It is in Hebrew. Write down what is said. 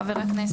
חבר הכנסת.